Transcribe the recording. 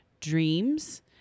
dreams